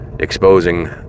exposing